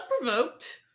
unprovoked